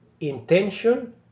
Intention